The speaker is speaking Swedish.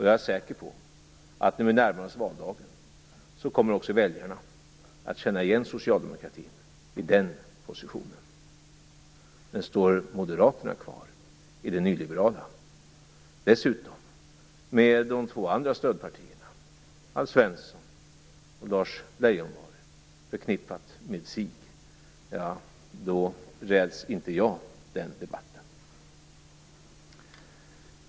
Jag är säker på att när vi närmar oss valdagen kommer också väljarna att känna igen Socialdemokraterna i den positionen. Står Moderaterna kvar i det nyliberala, dessutom med de två andra stödpartierna, här företrädda av Alf Svensson och Lars Tobisson, förknippade med sig, räds inte jag den debatten.